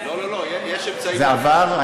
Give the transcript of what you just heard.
לא, יש אמצעים, זה עבר?